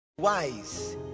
Wise